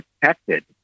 protected